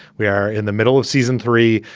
we are in the middle of season three.